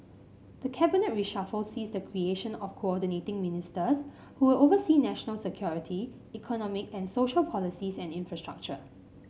the cabinet reshuffle sees the creation of Coordinating Ministers who will oversee national security economic and social policies and infrastructure